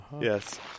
Yes